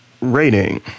rating